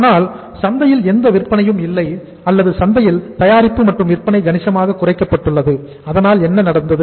ஆனால் சந்தையில் எந்த விற்பனையும் இல்லை அல்லது சந்தையில் தயாரிப்பு மற்றும் விற்பனை கணிசமாக குறைக்கப்பட்டுள்ளது அதனால் என்ன நடந்தது